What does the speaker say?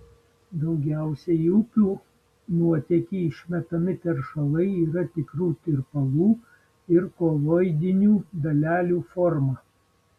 daugiausiai į upių nuotėkį išmetami teršalai tikrų tirpalų ir koloidinių dalelių forma